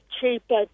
cheaper